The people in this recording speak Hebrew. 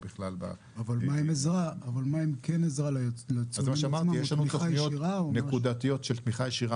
אבל מה עם כן עזרה ליצואנים, יש תמיכה ישירה?